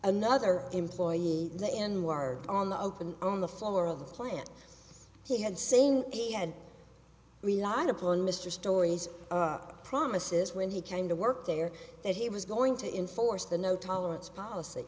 another employee the n word on the open on the floor of the plant he had same he had relied upon mr stories promises when he came to work there that he was going to enforce the no tolerance policy